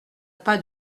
pas